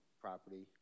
property